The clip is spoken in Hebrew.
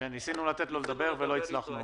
--- ניסינו לתת לו לדבר ולא הצלחנו,